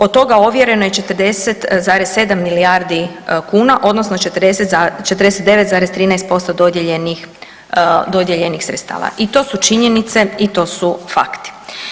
Od toga ovjereno je 40,7 milijardi kuna odnosno 49,13% dodijeljenih sredstava i to su činjenice i to su fakti.